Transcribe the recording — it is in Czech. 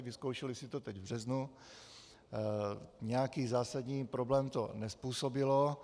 Vyzkoušeli si to teď v březnu, nějaký zásadní problém to nezpůsobilo.